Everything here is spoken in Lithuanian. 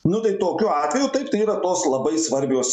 nu tai tokiu atveju taip tai yra tos labai svarbios